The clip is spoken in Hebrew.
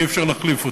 אי-אפשר להחליף אותו,